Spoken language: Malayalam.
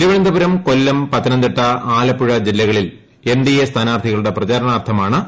തിരുവനന്തപുരം കൊല്ലം പത്തനംതിട്ട ആലപ്പുഴ ജില്ലകളിലെ എൻ ഡി എ സ്ഥാനാർത്ഥികളുടെ പ്രചാരണാർത്ഥമാണ് സമ്മേളനം